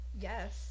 Yes